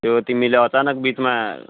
त्यो तिमीले अचानक बिचमा